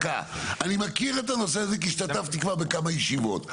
אני מכיר את הנושא הזה כי השתתפתי כבר בכמה ישיבות,